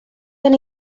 gen